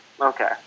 okay